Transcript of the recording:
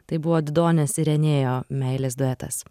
tai buvo didonės ir enėjo meilės duetas